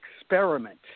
experiment